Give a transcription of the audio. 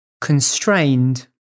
constrained